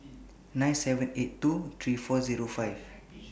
nine seven eight two three four Zero five